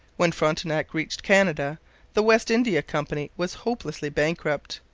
when frontenac reached canada the west india company was hopelessly bankrupt,